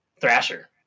Thrasher